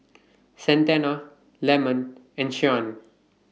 Santana Lemon and Shyann